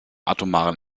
atomaren